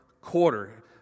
quarter